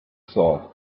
sword